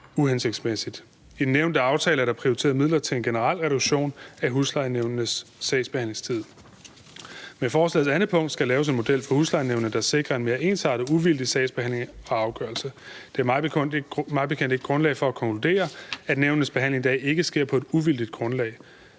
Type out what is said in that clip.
I den nævnte aftale er der prioriteret midler til en generel reduktion af huslejenævnenes sagsbehandlingstid. Med forslagets 2. punkt skal der laves en model for huslejenævnet, der sikrer en mere ensartet og uvildig sagsbehandling og afgørelse. Der er mig bekendt ikke grundlag for at konkludere, at nævnets behandling i dag ikke sker på et uvildigt grundlag,